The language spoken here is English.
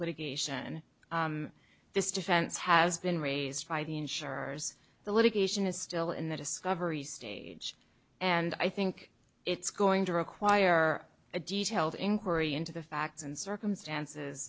litigation this defense has been raised by the insurers the litigation is still in the discovery stage and i think it's going to require a detailed inquiry into the facts and circumstances